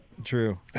true